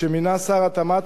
שמינה שר התמ"ת,